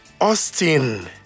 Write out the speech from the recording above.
Austin